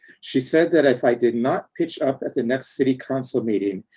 she said that if i did not pitch up at the next city council meeting,